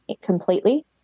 completely